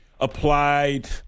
applied